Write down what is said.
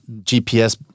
GPS